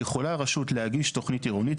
יכולה הרשות להגיש תוכנית עירונית.